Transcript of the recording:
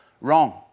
Wrong